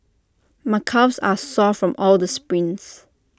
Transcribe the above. my calves are sore from all the sprints